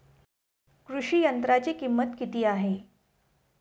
कृषी यंत्राची किंमत किती आहे?